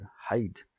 hide